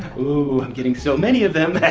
ooh, i'm getting so many of them!